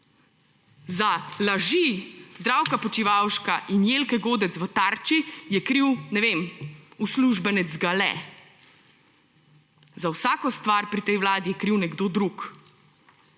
Za laži Zdravka Počivalška in Jelke Godec v Tarči je kriv, ne vem, uslužbenec Gale. Za vsako stvar pri tej vladi je kriv nekdo drug.